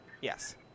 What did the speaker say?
Yes